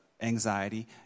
anxiety